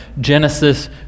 Genesis